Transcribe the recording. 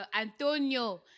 Antonio